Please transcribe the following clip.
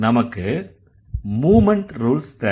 நமக்கு movement rules தேவை